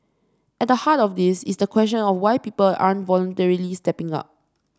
at the heart of this is the question of why people aren't voluntarily stepping up